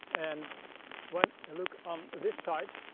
and when you look on this side,